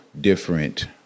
different